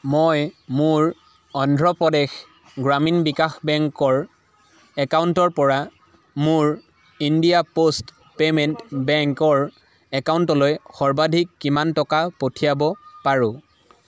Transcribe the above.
মই মোৰ অন্ধ্ৰ প্ৰদেশ গ্ৰামীণ বিকাশ বেংকৰ একাউণ্টৰ পৰা মোৰ ইণ্ডিয়া পোষ্ট পে'মেণ্ট বেংকৰ একাউণ্টলৈ সৰ্বাধিক কিমান টকা পঠিয়াব পাৰো